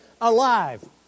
alive